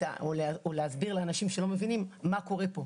או להסביר לאנשים שלא מבינים מה קורה פה.